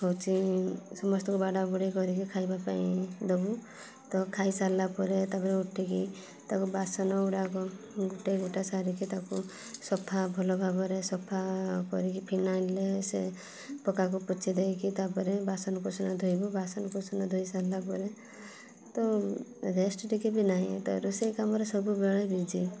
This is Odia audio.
ହେଉଛି ସମସ୍ତଙ୍କୁ ବାଢ଼ା ବୁଢ଼ି କରିକି ଖାଇବା ପାଇଁ ଦେବୁ ତ ଖାଇ ସାରିଲା ପରେ ତା'ପରେ ଉଠିକି ତାକୁ ବାସନ ଗୁଡ଼ାକ ଗୋଟେଇ ଗୁଟା ସାରିକି ତାକୁ ସଫା ଭଲ ଭାବରେ ସଫା କରିକି ଫିନାଇଲ୍ରେ ସେ ପକ୍କାକୁ ପୋଛି ଦେଇକି ତା'ପରେ ବାସନ କୁସନ ଧୋଇବୁ ବାସନ କୁସନ ଧୋଇ ସାରିଲା ପରେ ତ ରେଷ୍ଟ ଟିକେ ବି ନାହିଁ ତ ରୋଷେଇ କାମରେ ସବୁ ବେଳେ ବିଜି